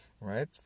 right